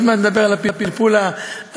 עוד מעט נדבר על הפלפול המעשי.